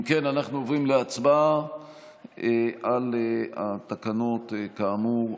אם כן, אנחנו עוברים להצבעה על התקנות כאמור.